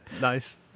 Nice